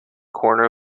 corner